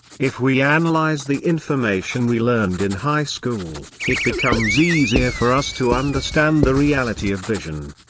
if we analyze the information we learned in high school, it becomes easier for us to understand the reality of vision.